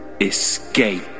escape